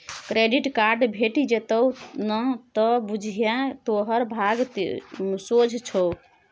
credit card भेटि जेतउ न त बुझिये तोहर भाग सोझ छौ